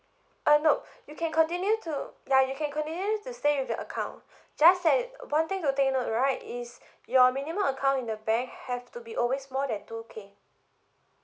uh nope you can continue to yeah you can continue to save with the account just that one thing to take note right is your minimum account in the bank have to be always more than two K